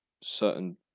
certain